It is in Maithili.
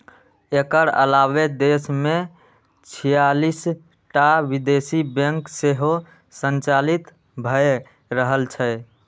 एकर अलावे देश मे छियालिस टा विदेशी बैंक सेहो संचालित भए रहल छै